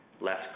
less